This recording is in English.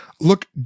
Look